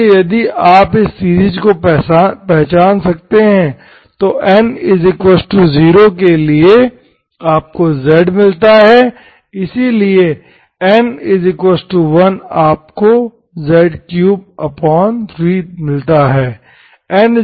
इसलिए यदि आप इस सीरीज को पहचान सकते हैं तो n0 के लिए आपको z मिलता है इसलिए n1 आपको z33 मिलता है